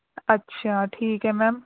ਅੱਛਾ ਠੀਕ ਹੈ ਮੈਮ